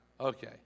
Okay